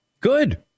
Good